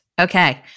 Okay